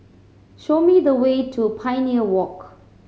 show me the way to Pioneer Walk